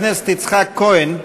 חבר הכנסת יצחק כהן,